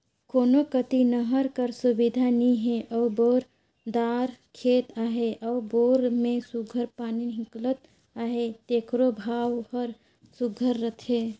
कोनो कती नहर कर सुबिधा नी हे अउ बोर दार खेत अहे अउ बोर में सुग्घर पानी हिंकलत अहे तेकरो भाव हर सुघर रहथे